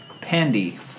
Pandy